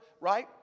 Right